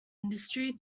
industry